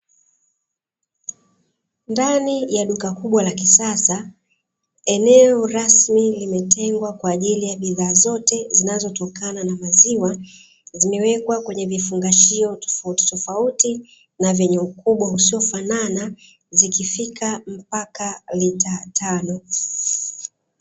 Ndani ya duka kubwa la kisasa eneo rasmi limetengwa kwa ajili ya bidhaa zote zinazotokana na maziwa, zimewekwa kwenye vifungashio tofautitofauti na vyenye ukubwa usiofanana zikifika mpaka lita tano.